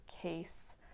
case